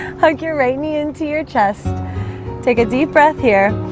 hug your right knee into your chest take a deep breath here